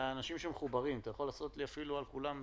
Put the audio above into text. היועצת המשפטית תקרא את הצו ותציג כמה שינויים בתוכנו של הצו.